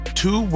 two